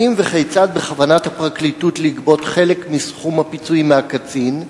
1. האם וכיצד בכוונת הפרקליטות לגבות חלק מסכום הפיצויים מהקצין?